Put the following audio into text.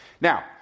Now